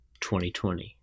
2020